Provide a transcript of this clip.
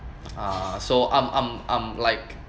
uh so I'm I'm I'm like